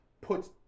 put